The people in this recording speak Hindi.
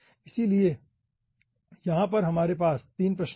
इसलिए यहाँ पर हमारे पास 3 प्रश्न हैं